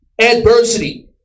adversity